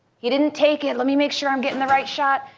he didn't take it, let me make sure i'm getting the right shot.